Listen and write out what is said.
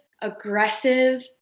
aggressive